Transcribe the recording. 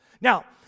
now